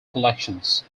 collections